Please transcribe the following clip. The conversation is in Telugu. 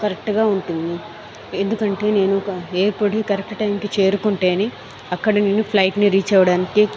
కరెక్ట్ గా ఉంటుంది ఎందుకంటే నేను ఒక ఎయిర్ పోర్ట్ కి కరెక్ట్ టైం కి చేరుకుంటేనే అక్కడ నేను ఫ్లైట్ ని రీచ్ అవ్వడానికి